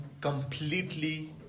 completely